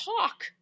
talk